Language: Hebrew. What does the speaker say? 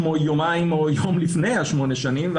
יומיים או יום לפני 8 השנים,